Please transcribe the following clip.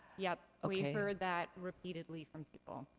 yep. we heard that repeatedly from people.